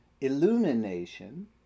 Illumination